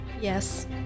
Yes